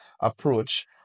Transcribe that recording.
approach